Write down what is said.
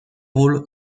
rôles